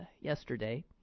yesterday